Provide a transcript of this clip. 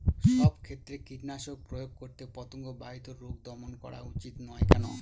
সব ক্ষেত্রে কীটনাশক প্রয়োগ করে পতঙ্গ বাহিত রোগ দমন করা উচিৎ নয় কেন?